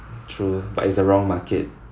true but it's a wrong market